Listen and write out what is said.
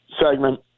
segment